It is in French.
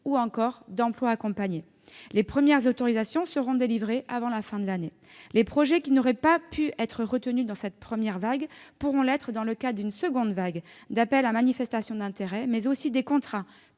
ou encore d'emploi accompagné. Les premières autorisations seront délivrées avant la fin de l'année. Les projets qui n'auraient pas pu être retenus dans le cadre de cette première vague pourront l'être dans celui d'un second appel à manifestation d'intérêt, mais aussi des contrats